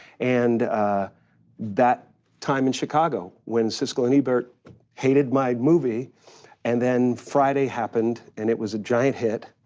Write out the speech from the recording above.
and that time in chicago when siskel and ebert hated my movie and then friday happened and it was a giant hit,